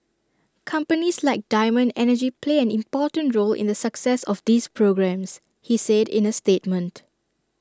companies like diamond energy play an important role in the success of these programmes he said in A statement